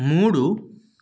మూడు